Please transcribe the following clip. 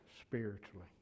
spiritually